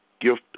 gift